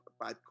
bad